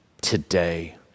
today